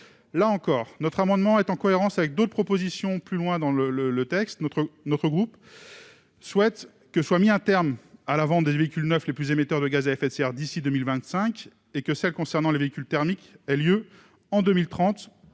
Là encore, notre amendement est en cohérence avec d'autres propositions que nous défendrons plus loin. Notre groupe souhaite qu'il soit mis un terme à la vente des véhicules neufs les plus émetteurs de gaz à effet de serre d'ici à 2025 et à celle des véhicules thermiques en 2030,